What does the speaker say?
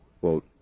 quote